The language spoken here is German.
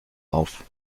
auf